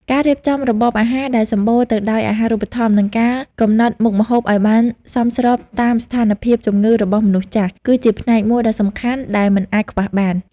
ការរៀបចំរបបអាហារដែលសំបូរទៅដោយអាហារូបត្ថម្ភ និងការកំណត់មុខម្ហូបឱ្យបានសមស្របតាមស្ថានភាពជំងឺរបស់មនុស្សចាស់ គឺជាផ្នែកមួយដ៏សំខាន់ដែលមិនអាចខ្វះបាន។